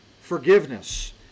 forgiveness